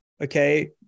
okay